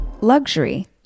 Luxury